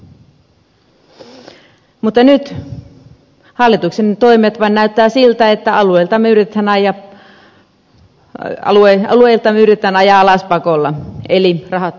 mutta nyt hallituksen toimet vain näyttävät siltä että alueitamme yritetään ajaa alas pakolla eli rahattomuudella